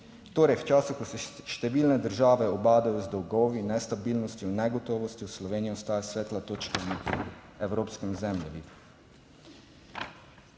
Torej v času, ko se številne države ubadajo z dolgovi, nestabilnostjo in negotovostjo, Slovenija ostaja svetla točka na evropskem zemljevidu.